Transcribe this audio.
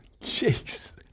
Jeez